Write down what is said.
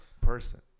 person